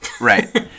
Right